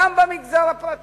גם במגזר הפרטי.